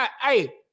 hey